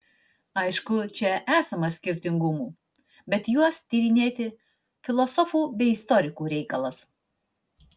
aišku čia esama skirtingumų bet juos tyrinėti filosofų bei istorikų reikalas